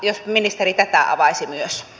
jos ministeri tätä avaisi myös